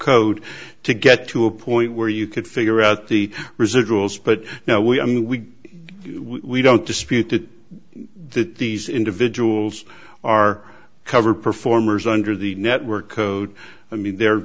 code to get to a point where you could figure out the residuals but now we i mean we we don't dispute that that these individuals are covered performers under the network code i mean they're